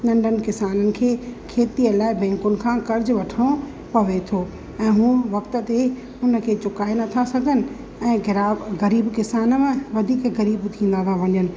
नंढनि किसाननि खे खेतीअ लाइ बैंकुनि खां कर्ज वठिणो पवे थो ऐं हुन वक़्त ते हुनखे चुकाए नथा सघनि ऐं गराब ग़रीबु किसाननि वधीक ग़रीबु थींदा था वञनि